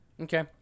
okay